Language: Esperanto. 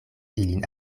ilin